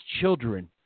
children